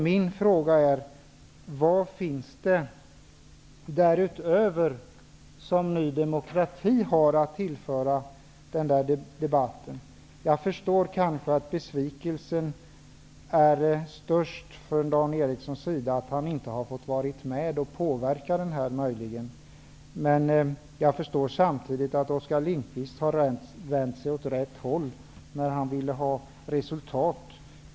Min fråga är: Vad har Ny demokrati därutöver att tillföra debatten? Jag förstår att Dan Eriksson är besviken över att han inte har fått vara med och påverka uppgörelsen. Men jag förstår samtidigt att Oskar Lindkvist vände sig åt rätt håll, när han ville nå resultat.